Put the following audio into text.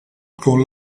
con